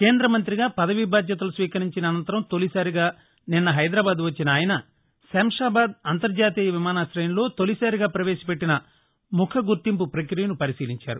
కేంద్ర మంతిగా పదవీ బాధ్యతలు స్వీకరించిన అనంతరం తొలిసారిగా నిన్న హైదరాబాద్ వచ్చిన ఆయన శంషాబాద్ అంతర్జాతీయ విమానాశయంలో తొలిసారిగా ప్రవేశపెట్టిన ముఖ గుర్తింపు ప్రక్రియను పరిశీలించారు